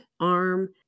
arm